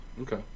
Okay